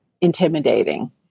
intimidating